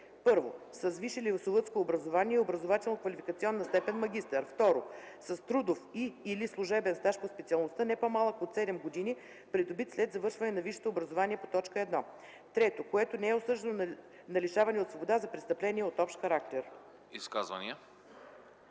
1. с висше лесовъдско образование с образователно-квалификационна степен „магистър”; 2. с трудов и/или служебен стаж по специалността, не по-малък от 7 години, придобит след завършване на висшето образование по т. 1; 3. което не е осъждано на лишаване от свобода за престъпление от общ характер.”